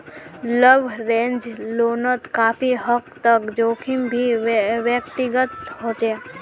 leveraged लोनोत काफी हद तक जोखिम भी व्यक्तिगत होचे